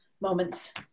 moments